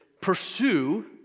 pursue